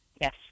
Yes